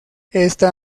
está